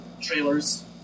trailers